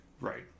Right